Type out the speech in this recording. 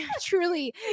Truly